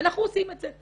ואנחנו עושים את זה.